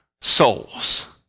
souls